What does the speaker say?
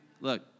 Look